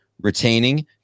retaining